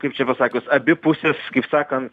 kaip čia pasakius abi pusės kaip sakant